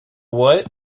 what